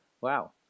Wow